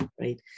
right